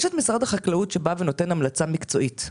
משרד החקלאות נותן המלצה מקצועית.